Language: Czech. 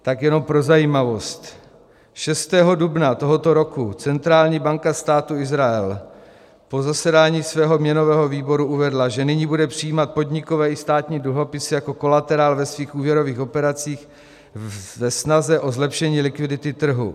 Tak jenom pro zajímavost, 6. dubna tohoto roku centrální banka Státu Izrael po zasedání svého měnového výboru uvedla, že nyní bude přijímat podnikové i státní dluhopisy jako kolaterál ve svých úvěrových operacích ve snaze o zlepšení likvidity trhu.